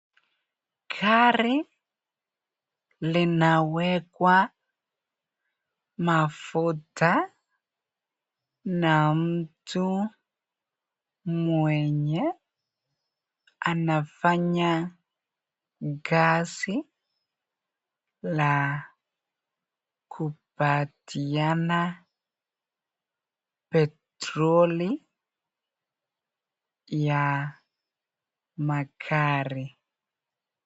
Gari linawekwa mafuta na mtu mwenye anafanya gasi la kupatiana petroli ya magari.